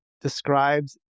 describes